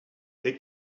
they